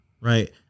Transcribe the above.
right